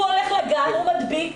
הוא הולך לגן ומדביק.